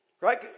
right